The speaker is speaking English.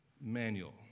manual